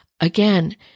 again